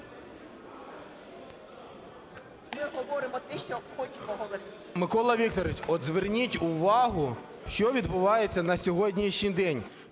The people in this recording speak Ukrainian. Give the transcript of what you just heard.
Микола Вікторович, от зверніть увагу, що відбувається на сьогоднішній день.